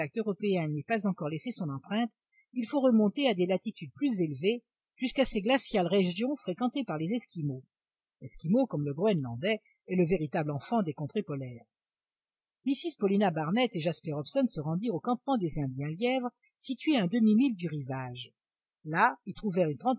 européen n'ait pas encore laissé son empreinte il faut remonter à des latitudes plus élevées jusqu'à ces glaciales régions fréquentées par les esquimaux l'esquimau comme le groënlandais est le véritable enfant des contrées polaires mrs paulina barnett et jasper hobson se rendirent au campement des indiens lièvres situé à un demi-mille du rivage là ils trouvèrent une